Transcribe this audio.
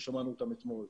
ששמענו אותם אתמול,